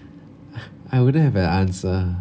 I wouldn't have an answer